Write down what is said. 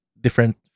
different